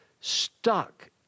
stuck